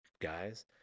guys